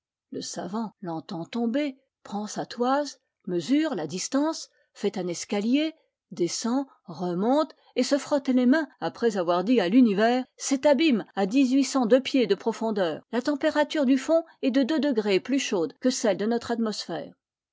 le savant l'entend tomber prend sa toise mesure la distance fait un escalier descend remonte et se frotte les mains après avoir dit à l'univers cet abîme a dix-huit cent deux pieds de profondeur la température du fond est de deux degrés plus chaude que celle de notre atmosphère